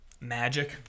Magic